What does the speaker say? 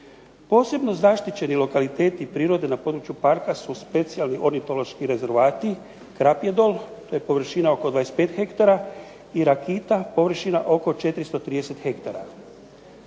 Posebno zaštićeni lokaliteti prirode na području Parka su specijalni ornitološki rezervati Krapje dol, to je površina oko 25 hektara, i Rakita površina oko 430 hektara.